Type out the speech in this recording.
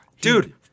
Dude